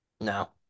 No